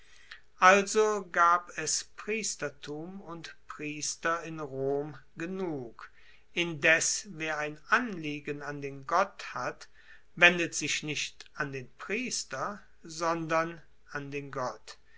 also gab es priestertum und priester in rom genug indes wer ein anliegen an den gott hat wendet sich nicht an den priester sondern an den gott